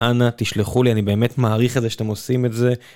אנה, תשלחו לי, אני באמת מעריך את זה שאתם עושים את זה.